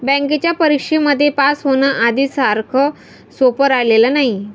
बँकेच्या परीक्षेमध्ये पास होण, आधी सारखं सोपं राहिलेलं नाही